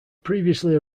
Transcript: previously